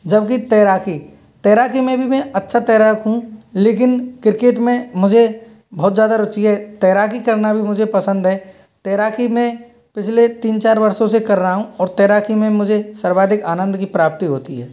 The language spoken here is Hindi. जबकि तैराकी तैराकी में भी मैं अच्छा तैराक हूँ लेकिन क्रिकेट में मुझे बहुत ज़्यादा रुचि है तैराकी करना भी मुझे पसंद है तैराकी मैं पिछले तीन चार वर्षों से कर रहा हूँ और तैराकी में मुझे सर्वाधिक आनंद की प्राप्ति होती है